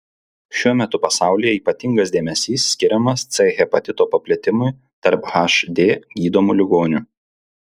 šiuo metu pasaulyje ypatingas dėmesys skiriamas c hepatito paplitimui tarp hd gydomų ligonių